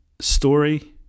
story